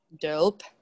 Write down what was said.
Dope